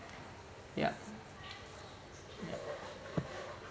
yup yup